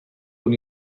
con